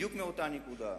בדיוק מאותה נקודה,